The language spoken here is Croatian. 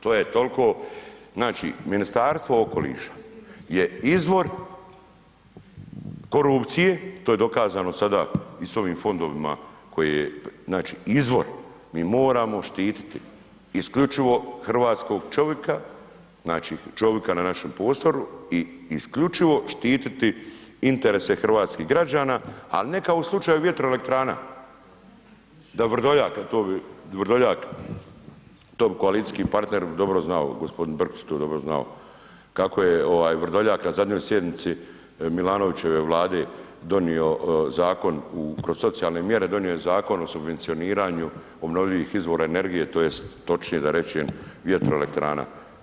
To je tolko, znači Ministarstvo okoliša je izvor korupcije, to je dokazano sada i s ovim fondovima koje znači, izvor mi moramo štititi isključivo hrvatskog čovika, znači čovika na našem prostoru i isključivo štititi interese hrvatskih građana, al ne kao u slučaju vjetroelektrana, da Vrdoljak to bi koalicijski partner dobro znao, gospodin Brkić bi to dobro znao, kako je ovaj Vrdoljak na zadnjoj sjednici Milanovićeve vlade donio zakon kroz socijalne mjere donio je Zakon o subvencioniranju obnovljivih izvora energije, tj. točnije da rečem vjetroelektrana.